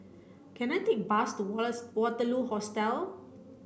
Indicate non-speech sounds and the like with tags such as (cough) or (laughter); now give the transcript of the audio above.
can I take a bus to (unintelligible) Waterloo Hostel